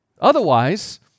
Otherwise